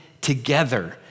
together